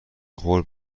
خورد